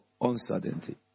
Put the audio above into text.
uncertainty